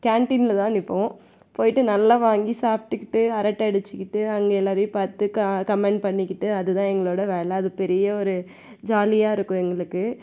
கேன்டீனில் தான் நிற்போம் போயிட்டு நல்லா வாங்கி சாப்பிட்டுக்கிட்டு அரட்டை அடித்துக்கிட்டு அங்கே எல்லாரையும் பார்த்து க கமெண்ட் பண்ணிக்கிட்டு அது தான் எங்களோடய வேலை அது பெரிய ஒரு ஜாலியாக இருக்கும் எங்களுக்கு